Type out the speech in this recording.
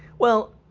well,